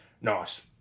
nice